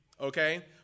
okay